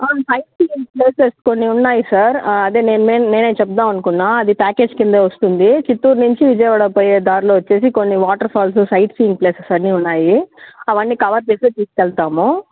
sight seeing places కొన్ని ఉన్నాయి sir అదే నేన్ నేను నేనే చెప్దాం అనుకున్నా అది ప్యాకేజ్ కిందే వస్తుంది చిత్తూరు నుంచి విజయవాడ పోయే దారిలో వచ్చి కొన్ని water falls sightseeing places అన్ని ఉన్నాయి అవి అన్ని కవర్ చేసే తీసుకెళ్తాము